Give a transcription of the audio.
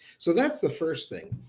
so that's the first thing.